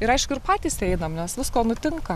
ir aišku ir patys einam nes visko nutinka